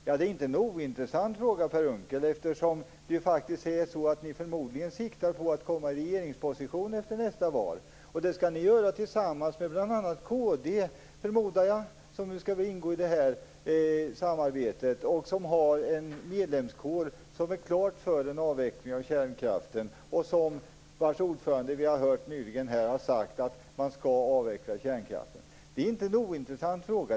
Men det är inte en ointressant fråga, Per Unckel, eftersom ni förmodligen siktar på att komma i regeringsposition efter nästa val. Det skall ni göra tillsammans med bl.a. kd förmodar jag. De skall väl ingå i det här samarbetet. De har en medlemskår som är klart för en avveckling av kärnkraften, och deras ordförande har nyligen sagt att man skall avveckla kärnkraften. Det är inte en ointressant fråga.